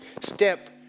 step